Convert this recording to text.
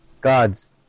gods